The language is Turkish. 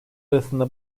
arasında